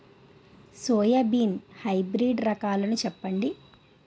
Soybean hybrid రకాలను చెప్పండి?